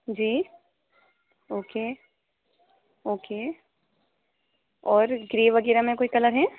جی okay okay اور grey وغیرہ میں کوئی کلر ہیں